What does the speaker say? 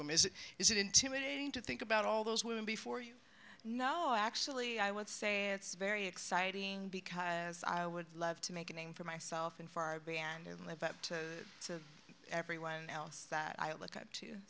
women is it is it intimidating to think about all those women before you know actually i would say it's very exciting because i would love to make a name for myself and for our band and live up to to everyone else that i look